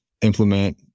implement